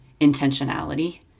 intentionality